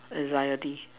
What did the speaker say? anxiety